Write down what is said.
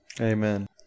amen